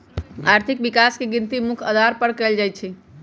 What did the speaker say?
आर्थिक विकास के गिनती मुख्य अधार पर कएल जाइ छइ